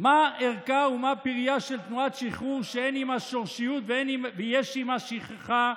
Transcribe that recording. "מה ערכה ומה פרייה של תנועת שחרור שאין עימה שורשיות ויש עימה שכחה,